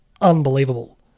unbelievable